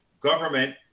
government